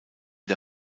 der